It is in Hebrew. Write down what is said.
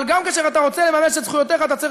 אבל גם כאשר אתה רוצה לממש את זכויותיך אתה צריך